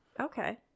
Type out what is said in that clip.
okay